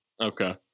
Okay